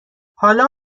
حالا